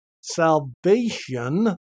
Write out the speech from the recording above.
salvation